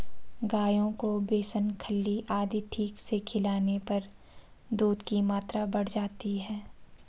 गायों को बेसन खल्ली आदि ठीक से खिलाने पर दूध की मात्रा बढ़ जाती है